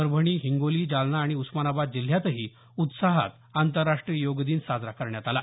परभणी हिंगोली जालना आणि उस्मानाबाद जिल्ह्यातही उत्साहात आंतरराष्ट्रीय योग दिन साजरा करण्यात आला